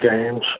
games